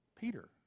Peter